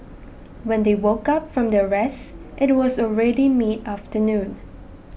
when they woke up from their rest it was already mid afternoon